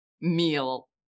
meal